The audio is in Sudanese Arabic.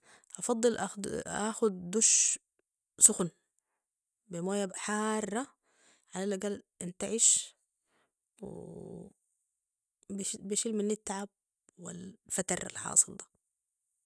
أفضل- أخذ دش سخن بمويه حارة علي الاقل انتعش و بيشيل مني التعب والفتر الحاصل ده